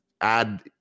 add